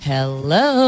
Hello